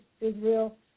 Israel